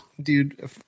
Dude